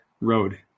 road